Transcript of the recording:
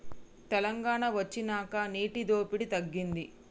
తెలంగాణ వొచ్చినాక నీటి దోపిడి తగ్గింది